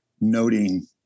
noting